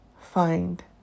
find